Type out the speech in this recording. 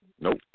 Nope